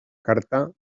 carta